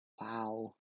wow